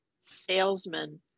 salesman